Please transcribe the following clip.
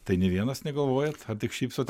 tai nei vienas negalvojant ar tik šypsot